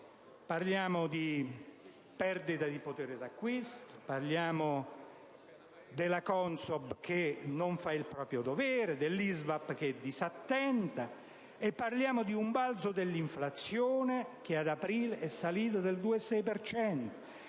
Parliamo di perdita del potere di acquisto, della CONSOB che non fa il proprio dovere, dell'ISVAP che è disattenta e di un balzo dell'inflazione, che ad aprile è salita del 2,6